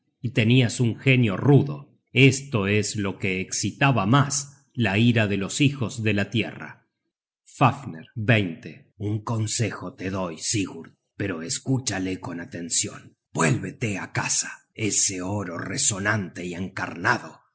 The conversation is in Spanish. y tenias un genio rudo esto es lo que escitaba mas la ira de los hijos de la tierra fafner un consejo te doy sigurd pero escúchale con atencion vuélvete á casa ese oro resonante y encarnado